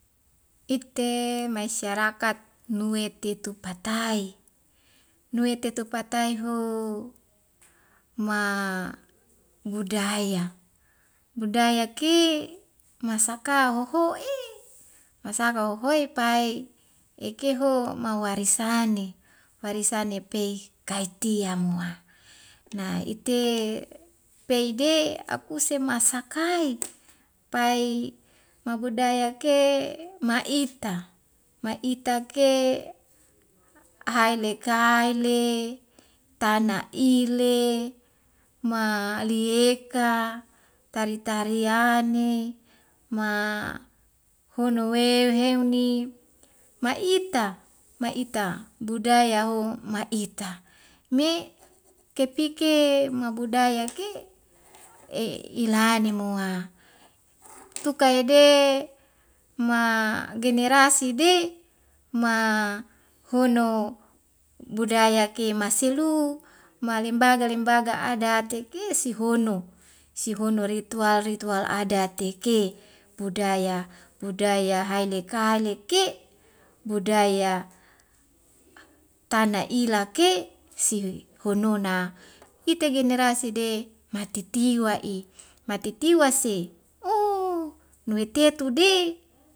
Ikte maisyarakat nuetetu patai nuetetu patai ho ma budaya budaya ki masaka hoho'i masaka hohoi pai ekeho mawarisane warisane pei kaitgia moa na ite pei de akuse masakae pai mabudaya ke maita maita ke haele kaele tana ile ma lieka tari tariane ma hono wew heuni ma'ita ma'ita budaya ho ma'ita me kepike mabudaya ke e'ilane nua tukaya de ma generasi de ma hono budaya ke maselu malembaga lembaga adat te ke sihono sihono ritual ritual adat te ke budaya budaya haele kaele ke budaya tanna ila ke' sihonona ite generasi de matitiwa i matitiwa si uu nuwetetu de